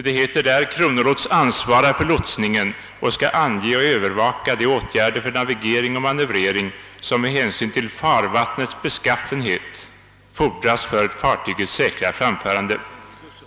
Det heter där: »Kronolots ansvarar för lotsningen och skall ange och övervaka de åtgärder för navigering och manövrering som med hänsyn till farvattnets beskaffenhet fordras för fartygets säkra framförande.